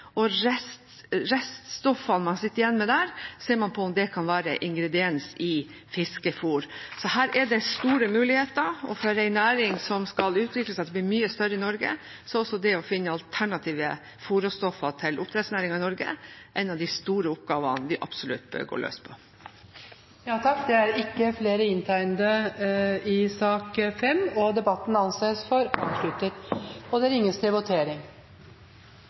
Reststoffene man sitter igjen med der, ser man på med tanke på om det kan være ingrediens i fiskefôr. Så her er det store muligheter, og for en næring som skal utvikle seg til å bli mye større i Norge, er det å finne alternative fôrstoffer til oppdrettsnæringen i Norge en av de store oppgavene vi absolutt bør gå løs på. Debatten i sak nr. 5 er dermed avsluttet. Da går vi til votering. Under debatten er det satt fram i alt to forslag. Det